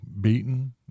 beaten